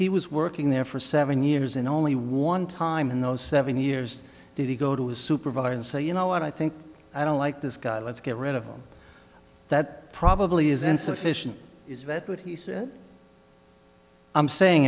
he was working there for seven years and only one time in those seven years did he go to his supervisor and say you know what i think i don't like this guy let's get rid of him that probably is insufficient is vet what he said i'm saying